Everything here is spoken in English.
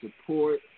support